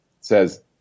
says